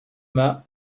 mât